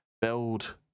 build